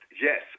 Yes